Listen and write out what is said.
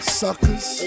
suckers